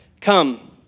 come